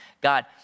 God